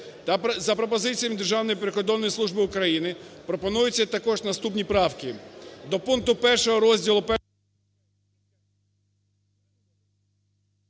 за пропозиціями Державної прикордонної служби України пропонується також наступні правки: